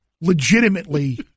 legitimately